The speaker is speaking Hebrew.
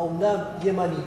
שהיא אומנם ימנית,